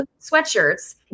sweatshirts